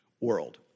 world